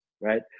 Right